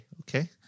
okay